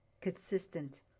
consistent